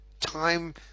time